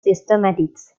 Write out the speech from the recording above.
systematics